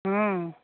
हँ